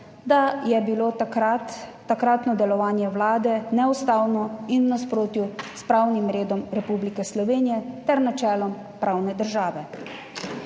da je bilo takratno delovanje Vlade neustavno in v nasprotju s pravnim redom Republike Slovenije ter načelom pravne države,